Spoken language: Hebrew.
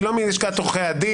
טלי, היא לא מלשכת עורכי הדין.